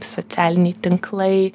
socialiniai tinklai